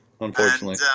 unfortunately